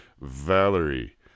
Valerie